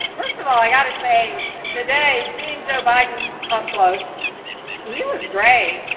first of all, i got say today, seeing joe biden up close he was great.